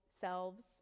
selves